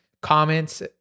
comments